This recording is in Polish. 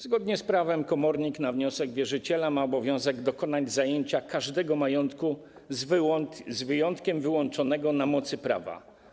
Zgodnie z prawem komornik na wniosek wierzyciela ma obowiązek dokonać zajęcia każdego majątku z wyjątkiem wyłączonego na mocy prawa.